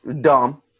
Dumb